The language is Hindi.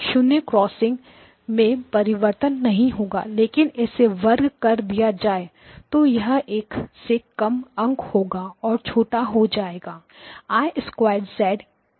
0 क्रॉसिंग में परिवर्तन नहीं होगा लेकिन इसे वर्ग कर दिया जाए तो यह एक से कम अंक होगा और छोटा हो जाएगा I 2